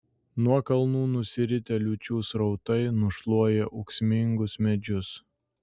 nuo kalnų nusiritę liūčių srautai nušluoja ūksmingus medžius